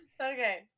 Okay